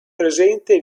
presente